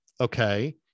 Okay